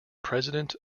president